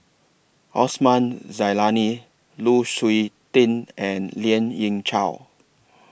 Osman Zailani Lu Suitin and Lien Ying Chow